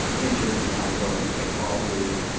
um enter lehigh building, kickball league.